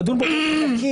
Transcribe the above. לדון בו באופן נקי.